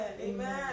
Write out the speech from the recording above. Amen